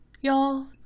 Y'all